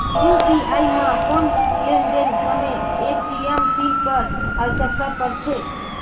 UPI म कौन लेन देन समय ए.टी.एम पिन कर आवश्यकता पड़थे?